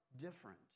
different